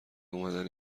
اومدن